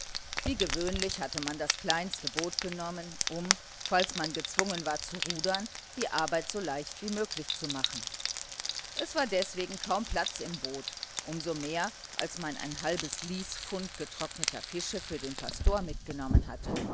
wie gewöhnlich hatte man das kleinste boot genommen um falls man gezwungen war zu rudern die arbeit so leicht wie möglich zu machen es war deswegen kaum platz im boot um so mehr als man ein halbes liespfund getrockneter fische für den pastor mitgenommen hatte